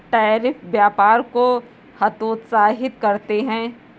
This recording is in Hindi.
टैरिफ व्यापार को हतोत्साहित करते हैं